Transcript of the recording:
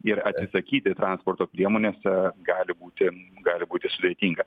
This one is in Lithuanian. ir atsisakyti transporto priemonės gali būti gali būti sudėtinga